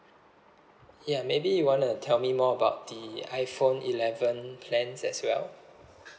ya maybe you wanna tell me more about the iphone eleven plans as well